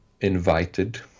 invited